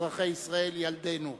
אזרחי ישראל, ילדינו.